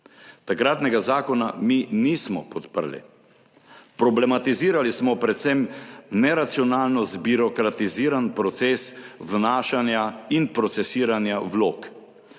Takratnega zakona mi nismo podprli, problematizirali smo predvsem neracionalno zbirokratiziran proces vnašanja in procesiranja vlog.